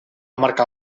marcar